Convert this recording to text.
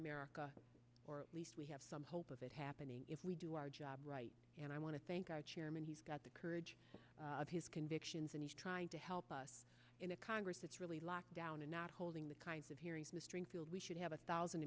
america or at least we have some hope of it happening if we do our job right and i want to thank our chairman he's got the courage of his convictions and he's trying to help us in a congress that's really locked down and not holding the kinds of hearings the stringfield we should have a thousand